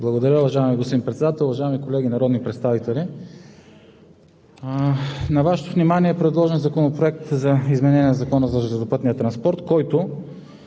Благодаря, уважаеми господин Председател. Уважаеми колеги народни представители! На Вашето внимание е предложен Законопроект за изменение на Закона за железопътния транспорт, който